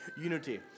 unity